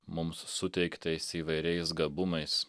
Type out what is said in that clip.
mums suteiktais įvairiais gabumais